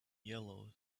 yellow